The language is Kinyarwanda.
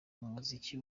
muziki